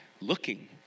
looking